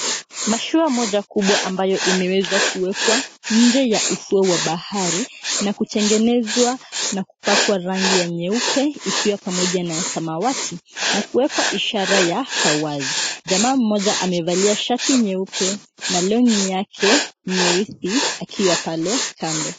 Mashua moja kubwa ambayo imewezwa kuwekwa nje ya ufuo wa bahari na kutengenezwa na kupakwa rangi ya nyeupe ikiwa pamoja na ya samawati na kuwekwa ishara ya FAVAZ. Jamaa mmoja amevalia shati nyeupe na long'i yake nyeusi akiwa pale kando.